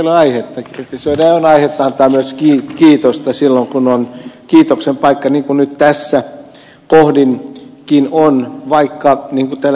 ja on aihetta antaa myös kiitosta silloin kun on kiitoksen paikka niin kuin nyt tässä kohdinkin on vaikka niin kuin täällä ed